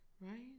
right